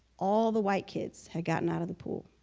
all the white kids had gotten out of the pool